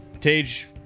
Tage